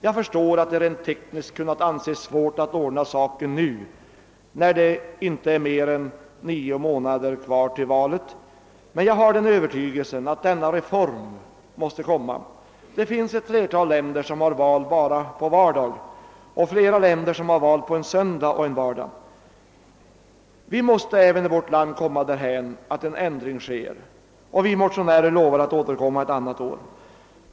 Jag förstår att det rent tekniskt kunnat anses svårt att ordna saken nu, när det inte är mer än nio månader kvar till valen, men jag har den övertygelsen att denna reform måste komma. Det finns ett flertal länder som har val bara på en vardag och flera andra som har val på en söndag och en vardag. Även vårt land måste komma därhän att en ändring sker, och vi motionärer lovar att återkomma i saken ett annat år.